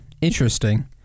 interesting